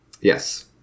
Yes